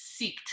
seeked